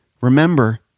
remember